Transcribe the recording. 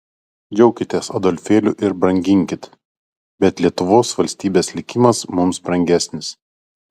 džiaukitės adolfėliu ir branginkit bet lietuvos valstybės likimas mums brangesnis